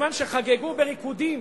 בזמן שחגגו בריקודים